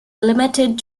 limited